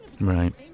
Right